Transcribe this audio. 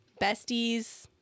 besties